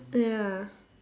ya